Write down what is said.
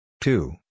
two